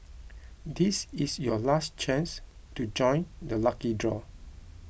this is your last chance to join the lucky draw